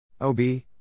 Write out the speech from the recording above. OB